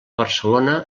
barcelona